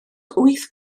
wyth